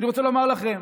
שאני רוצה לומר לכם,